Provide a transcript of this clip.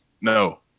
No